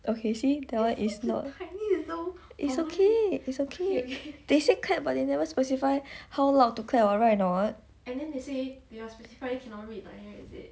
okay see that one is not it's okay it's okay they say clap but they never specify how loud to clap [what] right or not